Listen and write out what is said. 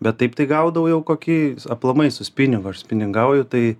bet taip tai gaudau jau koki aplamai su spiningu aš spiningauju tai